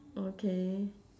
okay